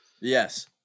Yes